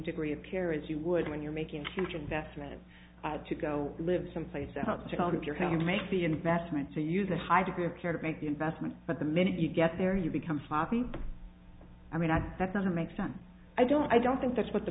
degree of care as you would when you're making a huge investment to go live someplace outside of your house and make the investment so you use a high degree of care to make the investment but the minute you get there you become happy i mean not that doesn't make sense i don't i don't think that's what the